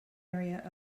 area